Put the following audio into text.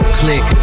click